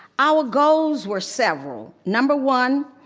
our goals were several. number one,